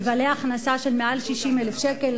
לבעלי הכנסה שמעל 60,000 שקל,